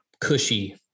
cushy